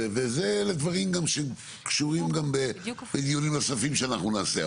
ואלה דברים שקשורים גם לדיונים נוספים שאנחנו נעשה.